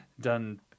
done